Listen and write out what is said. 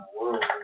world